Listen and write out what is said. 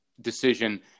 decision